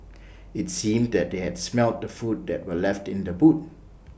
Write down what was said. IT seemed that they had smelt the food that were left in the boot